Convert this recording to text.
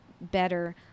better